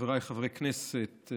חבריי חברי הכנסת,